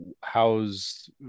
how's